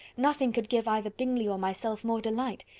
nothing could give either bingley or myself more delight.